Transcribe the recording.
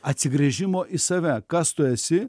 atsigręžimo į save kas tu esi